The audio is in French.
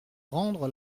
rendre